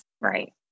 Right